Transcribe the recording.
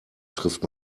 trifft